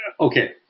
okay